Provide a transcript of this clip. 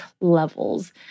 levels